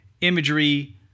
imagery